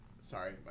sorry